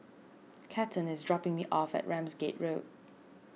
Cathern is dropping me off at Ramsgate Road